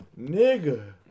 nigga